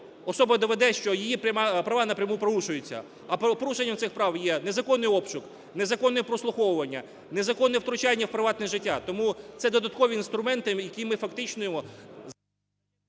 особа доведе, що її права напряму порушуються. А правопорушенням цих прав є: незаконний обшук, незаконне прослуховування, незаконне втручання в приватне життя. Тому це додаткові інструменти, якими ми фактично...